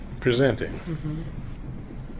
presenting